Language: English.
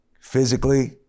physically